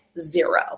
Zero